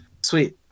sweet